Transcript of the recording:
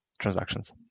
transactions